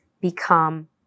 become